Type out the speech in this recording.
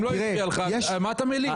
אם לא הפריע לך, על מה את המלין?